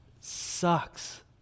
sucks